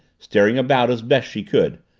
staring about as best she could.